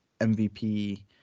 MVP